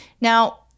Now